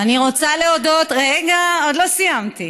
ואני רוצה להודות, רגע, עוד לא סיימתי.